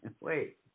wait